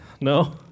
No